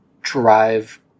drive